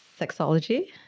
Sexology